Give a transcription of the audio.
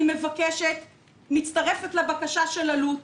אני מצטרפת לבקשה של אלו"ט